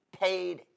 paid